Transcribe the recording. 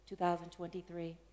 2023